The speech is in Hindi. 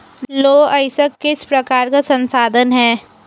लौह अयस्क किस प्रकार का संसाधन है?